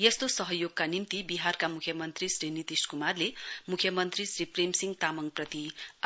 यस्तो सहयोकका निम्ति विहारका मुख्यमन्त्री श्री नितिश कुमारले मुख्यमन्त्री श्री प्रेम सिंह तामाङप्रति